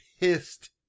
pissed